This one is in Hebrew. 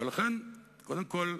ולכן, קודם כול,